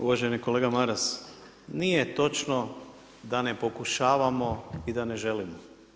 Uvaženi kolega Maras, nije točno da ne pokušavamo i da ne želimo.